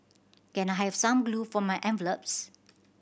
can I have some glue for my envelopes